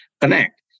connect